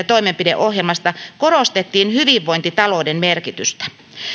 toimenpideohjelmasta korostettiin hyvinvointitalouden merkitystä